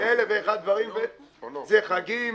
זה חגים,